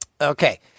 okay